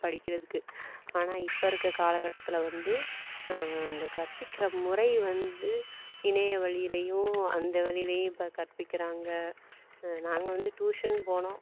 படிக்கிறதுக்கு ஆனால் இப்போ இருக்கிற காலக்கட்டத்தில் வந்து இந்த கற்பிக்கிற முறை வந்து இணைய வழிலேயும் அந்த வழிலேயும் இப்போ கற்பிக்கிறாங்க நாங்கள் வந்து டியூஷன் போனோம்